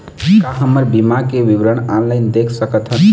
का हमर बीमा के विवरण ऑनलाइन देख सकथन?